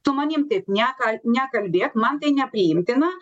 su manim taip neka nekalbėk man tai nepriimtina